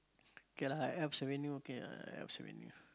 K lah I Alps Avenue okay lah I Alps Avenue